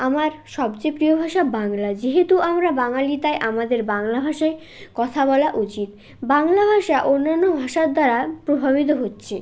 আমার সবচেয়ে প্রিয় ভাষা বাংলা যেহেতু আমরা বাঙালি তাই আমাদের বাংলা ভাষায় কথা বলা উচিত বাংলা ভাষা অন্যান্য ভাষার দ্বারা প্রভাবিত হচ্ছে